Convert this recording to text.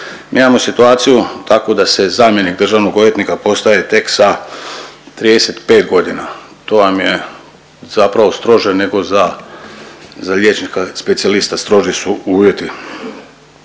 Mi imamo situaciju takvu da se zamjenik državnog odvjetnika postaje tek sa 35 godina. To vam je zapravo strože nego za liječnika specijalista, stroži su uvjeti.